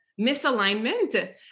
misalignment